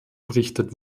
berichtet